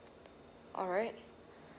alright